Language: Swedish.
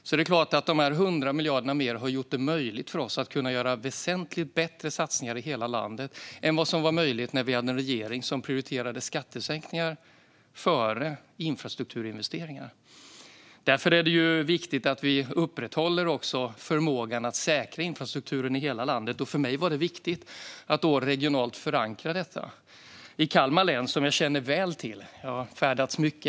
Det är klart att de 100 miljarderna mer har gjort det möjligt för oss att göra väsentligt bättre satsningar i hela landet än vad som var möjligt när vi hade en regering som prioriterade skattesänkningar före infrastrukturinvesteringar. Därför är det viktigt att vi upprätthåller förmågan att säkra infrastrukturen i hela landet. För mig var det viktigt att förankra detta regionalt. Kalmar län känner jag väl till; jag har färdats mycket där.